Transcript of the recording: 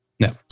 No